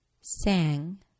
Sang